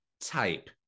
type